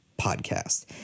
podcast